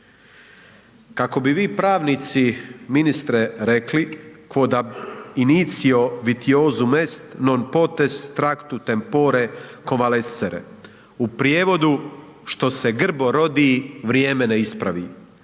Kako bi vi pravnici ministre rekli „Quod ab initio vitiosum est non potest tractu temporis convalescere.“ u prijevodu „Što se grbo rodi vrijeme ne ispravi.“.